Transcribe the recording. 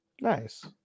Nice